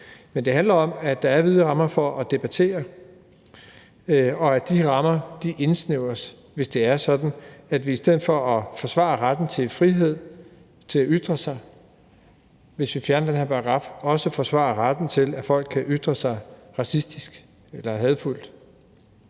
men det handler om, at der er vide rammer for at debattere, og at de rammer indsnævres, hvis det er sådan, at vi i stedet for at forsvare retten til frihed til at ytre sig også forsvarer retten til, at folk kan ytre sig racistisk eller hadefuldt,